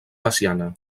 veciana